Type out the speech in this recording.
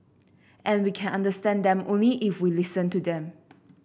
and we can understand them only if we listen to them